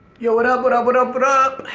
yo, what up, what up, what up, what up?